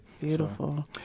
Beautiful